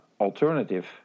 alternative